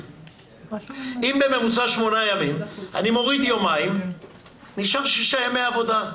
אני מוריד יומיים ונשארים שישה ימי עבודה.